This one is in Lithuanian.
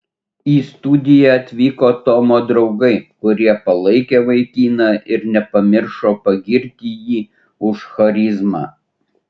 į studiją atvyko tomo draugai kurie palaikė vaikiną ir nepamiršo pagirti jį už charizmą